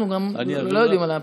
אנחנו גם לא יודעים על האפליקציה,